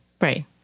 Right